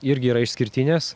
irgi yra išskirtinės